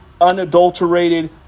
unadulterated